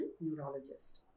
Neurologist